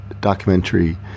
documentary